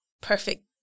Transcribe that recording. perfect